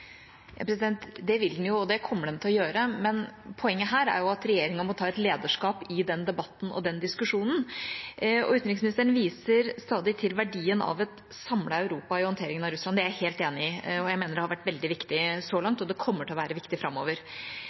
Det vil de jo, og det kommer de til å gjøre, men poenget her er at regjeringa må ta et lederskap i denne debatten og denne diskusjonen. Utenriksministeren viser stadig til verdien av et samlet Europa i håndteringen av Russland. Det er jeg helt enig i, og jeg mener det har vært veldig viktig så langt, og det kommer til å være viktig framover.